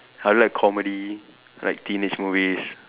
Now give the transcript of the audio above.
I like comedy like teenage movies